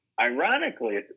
Ironically